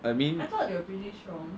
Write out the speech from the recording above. I mean